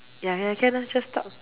ya ya can lah just talk